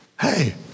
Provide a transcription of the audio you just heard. Hey